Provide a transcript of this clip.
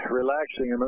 relaxing